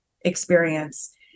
experience